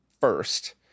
first